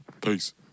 Peace